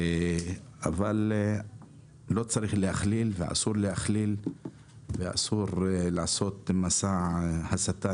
אבל לא צריך להכליל ואסור להכליל ואסור לעשות מסע הסתה